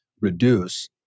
reduce